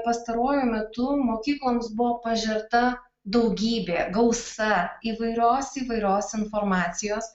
pastaruoju metu mokykloms buvo pažerta daugybė gausa įvairios įvairios informacijos